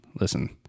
listen